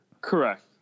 Correct